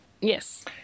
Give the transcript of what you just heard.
Yes